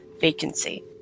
vacancy